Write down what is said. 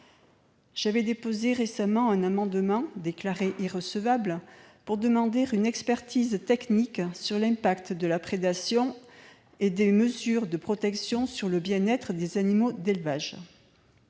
J'ai déposé récemment un amendement, qui a été déclaré irrecevable, tendant à demander une expertise technique sur l'impact de la prédation et des mesures de protection sur le bien-être des animaux d'élevage.